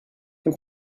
can